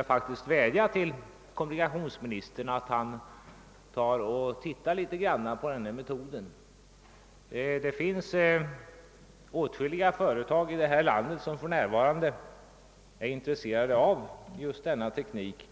kammaren vädjar jag till honom att han granskar den nämnda metoden. Åtskilliga företag i detta land är för närvarande intresserade av denna teknik.